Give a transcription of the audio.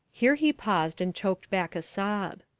here he paused and choked back a sob.